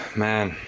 man,